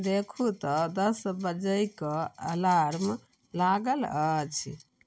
देखू तऽ दस बजे के अलार्म लागल अछि